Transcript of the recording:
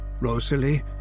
Rosalie